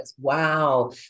Wow